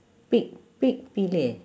pick pick pilih